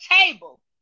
table